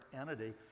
entity